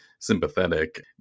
sympathetic